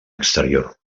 exterior